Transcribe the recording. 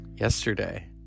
yesterday